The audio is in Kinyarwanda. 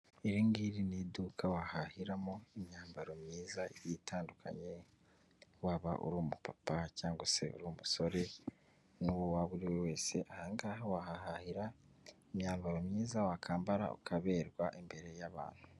Iri ngiri ni iduka wahahiramo imyambaro myiza itandukanye, waba uri umupapa cyangwa se uri umusore n'uwo waba uri we wese, aha hanga wahahahira imyambaro myiza wakambara ukaberwa imbere y'abantu.